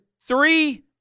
three